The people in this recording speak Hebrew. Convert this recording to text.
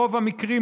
ברוב המקרים,